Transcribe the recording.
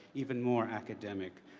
even more academic.